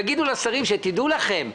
יגידו לשרים: דעו לכם,